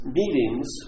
meetings